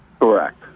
Correct